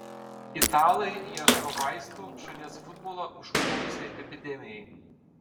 italai ieško vaistų šalies futbolą užpuolusiai epidemijai